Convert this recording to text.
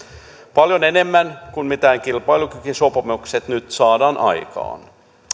paljon enemmän kuin millään kilpailukykysopimuksilla nyt saadaan aikaan